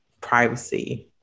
privacy